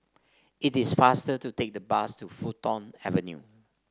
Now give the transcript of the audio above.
it is faster to take the bus to Fulton Avenue